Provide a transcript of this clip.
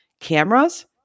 cameras